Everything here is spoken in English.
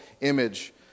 image